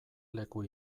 leku